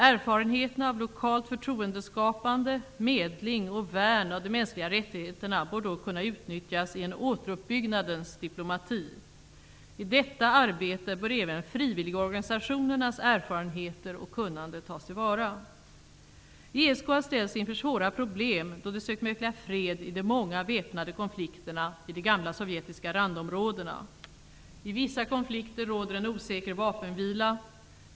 Erfarenheterna av lokalt förtroendeskapande, medling och värn av de mänskliga rättigheterna bör då kunna utnyttjas i en återuppbyggnadens diplomati. I detta arbete bör även frivilligorganisationernas erfarenheter och kunnande tas till vara. ESK har ställts inför svåra problem, då det sökt mäkla fred i de många väpnade konflikterna i de gamla sovjetiska randområdena. I vissa konflikter råder en osäker vapenvila.